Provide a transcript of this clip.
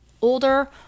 older